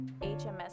HMS